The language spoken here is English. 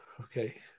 Okay